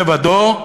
לבדו.